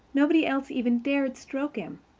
nobody else even dared stroke him.